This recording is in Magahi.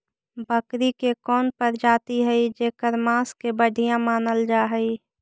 बकरी के कौन प्रजाति हई जेकर मांस के बढ़िया मानल जा हई?